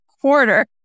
quarter